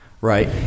Right